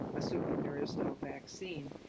assuming there is no vaccine.